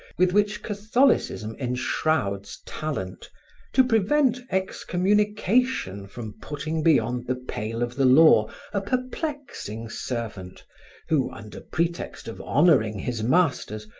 with which catholicism enshrouds talent to prevent excommunication from putting beyond the pale of the law a perplexing servant who, under pretext of honoring his masters,